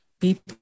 people